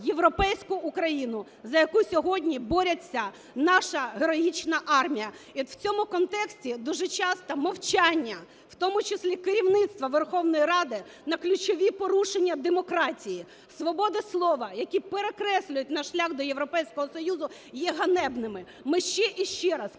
європейську Україну, за яку сьогодні бореться наша героїчна армія. І в цьому контексті дуже часто мовчання, в тому числі керівництва Верховної Ради, на ключові порушення демократії, свободи слова, які перекреслюють наш шлях до Європейського Союзу, є ганебними. Ми ще і ще раз,